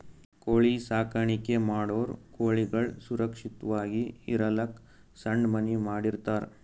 ಕೋಳಿ ಸಾಕಾಣಿಕೆ ಮಾಡೋರ್ ಕೋಳಿಗಳ್ ಸುರಕ್ಷತ್ವಾಗಿ ಇರಲಕ್ಕ್ ಸಣ್ಣ್ ಮನಿ ಮಾಡಿರ್ತರ್